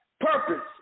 purpose